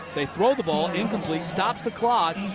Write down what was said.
they throw the ball, incomplete. stops the clock.